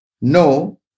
No